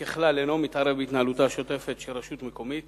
ככלל, אינו מתערב בהתנהלותה השוטפת של רשות מקומית